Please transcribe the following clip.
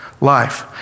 life